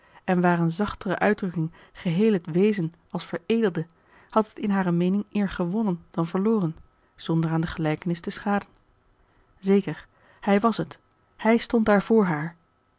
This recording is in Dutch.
en waar eene zachtere uitdrukking geheel het wezen als veredelde had het in hare meening eer gewonnen dan verloren zonder aan de gelijkenis te schaden zeker hij was het hij stond daar voor haar